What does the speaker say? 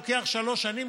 לוקח שלוש שנים,